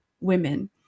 women